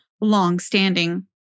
longstanding